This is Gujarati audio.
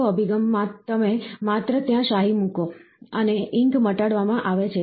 ત્રીજો અભિગમ તમે માત્ર ત્યાં શાહી મુકો અને ઇંક મટાડવામાં આવે છે